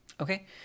Okay